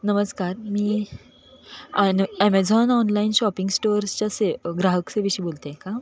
नमस्कार मी ॲन ॲमेझॉन ऑनलाईन शॉपिंग स्टोअर्सच्या से ग्राहक सेवेशी बोलते आहे का